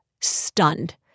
stunned